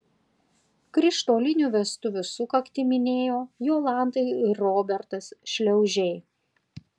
krištolinių vestuvių sukaktį minėjo jolanta ir robertas šliaužiai